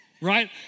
right